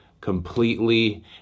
completely